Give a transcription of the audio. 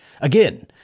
again